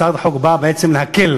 הצעת החוק באה בעצם להקל